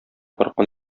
аркан